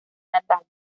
natal